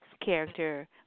character